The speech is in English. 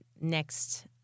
next